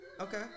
Okay